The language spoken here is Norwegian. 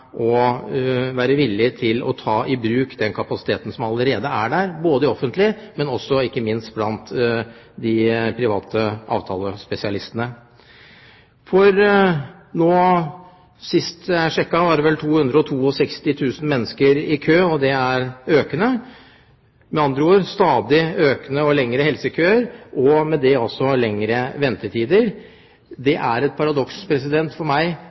å være villig til å ta i bruk den kapasiteten som allerede er der, både i det offentlige og, ikke minst, blant de private avtalespesialistene. Sist jeg sjekket, sto 262 000 mennesker i kø, og det tallet er økende – med andre ord, det er stadig økende og lengre helsekøer, og med det også lengre ventetider. Dette er et paradoks for meg